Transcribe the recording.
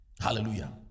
Hallelujah